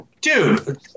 Dude